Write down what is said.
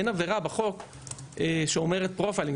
אין עבירה בחוק שאומרת פרופיילינג.